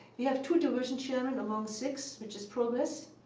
we have two division chairmen among six, which is progress,